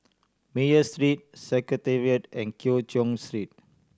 Meyer Street Secretariat and Keng Cheow Street